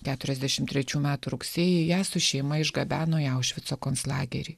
keturiasdešimt trečių metų rugsėjį ją su šeima išgabeno į aušvico konclagerį